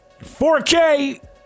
4K